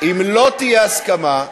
אם לא תהיה הסכמה,